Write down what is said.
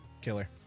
killer